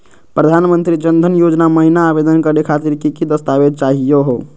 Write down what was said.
प्रधानमंत्री जन धन योजना महिना आवेदन करे खातीर कि कि दस्तावेज चाहीयो हो?